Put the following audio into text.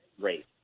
rate